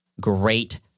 great